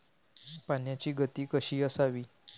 पाण्याची गती कशी असावी?